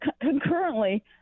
concurrently